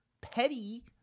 petty